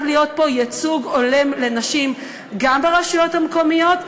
להיות ייצוג הולם לנשים גם ברשויות המקומיות,